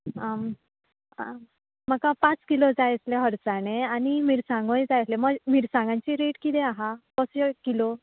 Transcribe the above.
आं म्हाका पांच किलो जाय आसलें हरसाणे आनी मिरसांगोय जाय आसल्यो मिरसांगाची रेट कितें आसा कशें किलो